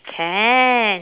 can